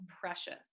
precious